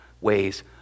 ways